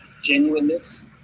genuineness